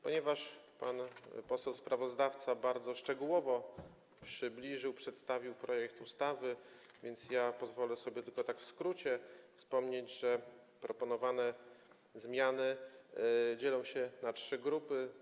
Ponieważ pan poseł sprawozdawca bardzo szczegółowo przybliżył, przedstawił projekt ustawy, pozwolę sobie tylko w skrócie wspomnieć, że proponowane zmiany dzielą się na trzy grupy.